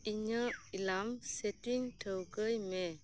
ᱤᱧᱟᱹᱜ alarm setting ᱴᱷᱟᱹᱣᱠᱟᱹᱭ ᱢᱮ